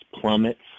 plummets